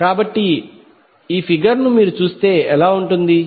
కాబట్టి ఈ ఫిగర్ ను మీరు చూస్తే ఎలా ఉంటుంది